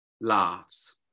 laughs